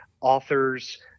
authors